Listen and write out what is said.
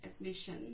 admission